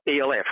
ELF